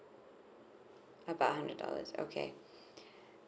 about hundred dollars okay